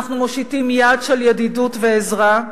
אנחנו מושיטים יד של ידידות ועזרה,